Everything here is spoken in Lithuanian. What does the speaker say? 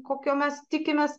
kokio mes tikimės